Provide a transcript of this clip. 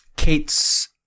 kate's